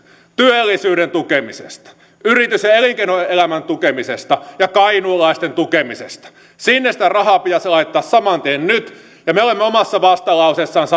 työllisyyden tukemisesta yritys ja ja elinkeinoelämän tukemisesta ja kainuulaisten tukemisesta sinne sitä rahaa pitäisi laittaa saman tien nyt ja me olemme omassa vastalauseessamme